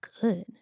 good